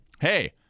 Hey